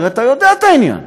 הרי אתה יודע את העניין.